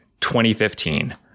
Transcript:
2015